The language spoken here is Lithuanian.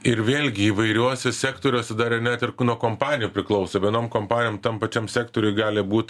ir vėlgi įvairiuose sektoriuose dar ir net ir nuo kompanijų priklauso vienom kompanijom tam pačiam sektoriuj gali būt